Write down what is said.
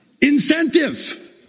Incentive